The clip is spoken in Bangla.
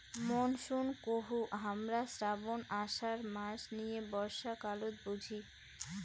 মনসুন কহু হামরা শ্রাবণ, আষাঢ় মাস নিয়ে বর্ষাকালত বুঝি